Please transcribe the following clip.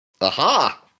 Aha